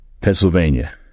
Pennsylvania